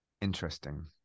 interesting